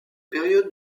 périodes